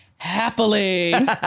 Happily